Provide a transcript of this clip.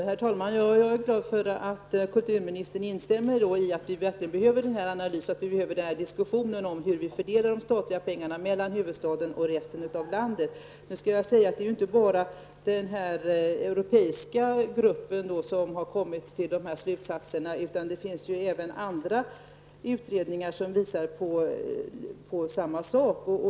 Herr talman! Jag är glad över att kulturministern instämmer i att vi verkligen behöver en analys och en diskussion om hur vi fördelar de statliga pengarna mellan huvudstaden och resten av landet. Men det är ju inte bara den här europeiska gruppen som har kommit till de slutsatserna. Även andra utredningar visar på samma sak.